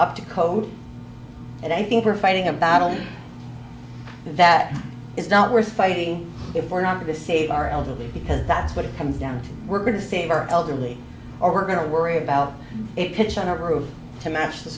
up to code and i think we're fighting a battle that is not worth fighting if we're not going to save our elderly because that's what it comes down to we're going to save our elderly or we're going to worry about it pitch on our group to match the